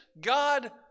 God